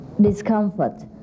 discomfort